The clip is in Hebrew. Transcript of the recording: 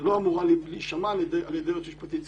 ולא הייתה אמורה להישמע על ידי יועץ משפטי ציבורי.